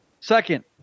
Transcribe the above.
Second